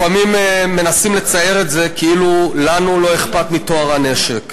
לפעמים מנסים לצייר את זה כאילו לנו לא אכפת מטוהר הנשק.